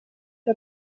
que